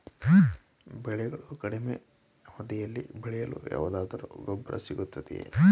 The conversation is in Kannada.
ಬೆಳೆಗಳು ಕಡಿಮೆ ಅವಧಿಯಲ್ಲಿ ಬೆಳೆಯಲು ಯಾವುದಾದರು ಗೊಬ್ಬರ ಸಿಗುತ್ತದೆಯೇ?